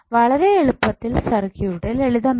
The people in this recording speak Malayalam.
വളരെ എളുപ്പത്തിൽ സർക്യൂട്ട് ലളിതമാക്കി